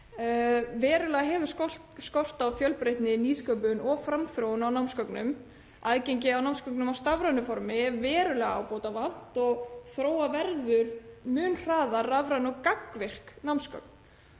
Verulega hefur skort á fjölbreytni, nýsköpun og framþróun á námsgögnum. Aðgengi að námsgögnum á stafrænu formi er verulega ábótavant og þróa verður mun hraðar rafræn og gagnvirk námsgögn.